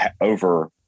over